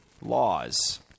Laws